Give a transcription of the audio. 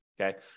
Okay